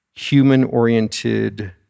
human-oriented